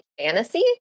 fantasy